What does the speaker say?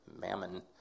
mammon